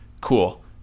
cool